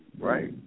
right